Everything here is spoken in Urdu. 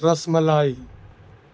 رس ملائی